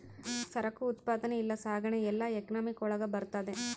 ಸರಕು ಉತ್ಪಾದನೆ ಇಲ್ಲ ಸಾಗಣೆ ಎಲ್ಲ ಎಕನಾಮಿಕ್ ಒಳಗ ಬರ್ತದೆ